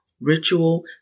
ritual